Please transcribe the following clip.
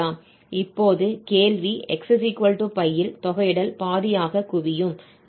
இப்போது கேள்வி x π இல் தொகையிடல் பாதியாக குவியும்